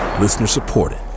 Listener-supported